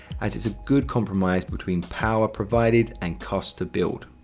as its a good compromise between power provided and cost to build.